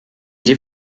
die